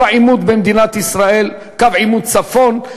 העימות במדינת ישראל: קו עימות צפון,